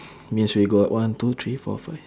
means we got one two three four five